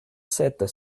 sept